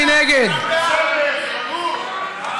בסדר, תירגעו.